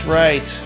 right